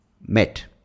met